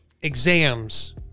exams